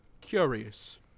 curious